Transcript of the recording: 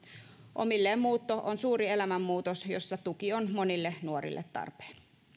omilleen muutto on suuri elämänmuutos jossa tuki on monille nuorille tarpeen